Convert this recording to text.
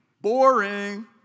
boring